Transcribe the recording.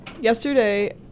Yesterday